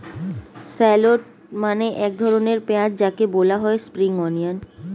shallot মানে এক ধরনের পেঁয়াজ যাকে বলা হয় স্প্রিং অনিয়ন